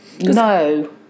no